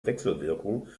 wechselwirkung